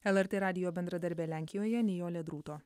lrt radijo bendradarbė lenkijoje nijolė drūto